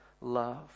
love